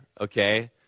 okay